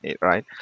right